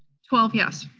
twelve yes.